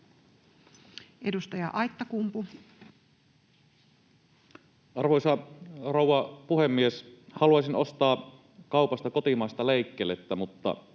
20:26 Content: Arvoisa rouva puhemies! Haluaisin ostaa kaupasta kotimaista leikkelettä, mutta